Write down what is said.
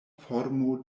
formo